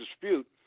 dispute